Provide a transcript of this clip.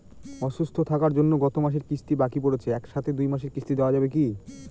অসুস্থ থাকার জন্য গত মাসের কিস্তি বাকি পরেছে এক সাথে দুই মাসের কিস্তি দেওয়া যাবে কি?